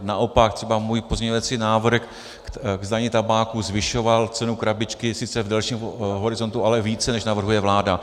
Naopak, třeba můj pozměňovací návrh k dani z tabáku zvyšoval cenu krabičky sice v delším horizontu, ale více, než navrhuje vláda.